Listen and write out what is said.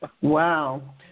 Wow